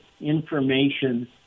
information